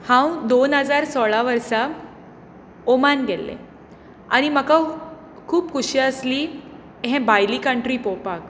हांव दोन हजार सोळा वर्सा ओमान गेल्लें आनी म्हाका खूब खुशी आसली हे भायली कंट्री पळोवपाक